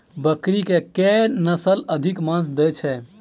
बकरी केँ के नस्ल अधिक मांस दैय छैय?